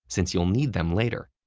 since you'll need them later.